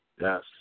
Yes